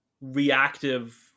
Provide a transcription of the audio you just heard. reactive